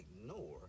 ignore